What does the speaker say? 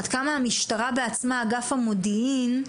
עד כמה שמשטרה בעצמה, אגף המודיעין,